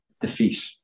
defeat